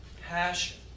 passion